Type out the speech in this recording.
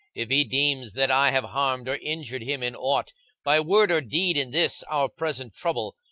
if he deems that i have harmed or injured him in aught by word or deed in this our present trouble,